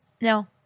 No